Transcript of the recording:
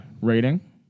Rating